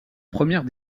première